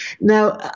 now